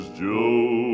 joe